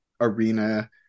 arena